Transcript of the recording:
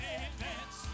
advance